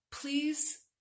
please